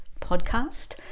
podcast